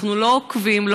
אנחנו לא עוקבים,